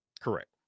Correct